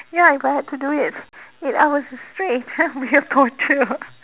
ya if I had to do it eight hours straight that'll be a torture